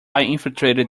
infiltrated